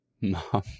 mom